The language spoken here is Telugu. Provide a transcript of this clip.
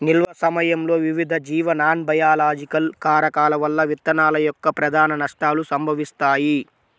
నిల్వ సమయంలో వివిధ జీవ నాన్బయోలాజికల్ కారకాల వల్ల విత్తనాల యొక్క ప్రధాన నష్టాలు సంభవిస్తాయి